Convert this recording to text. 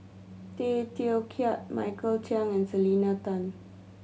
Tay Teow Kiat Michael Chiang and Selena Tan